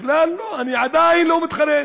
בכלל לא, אני עדיין לא מתחרט.